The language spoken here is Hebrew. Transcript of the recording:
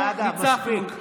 אנחנו ניצחנו.